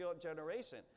generation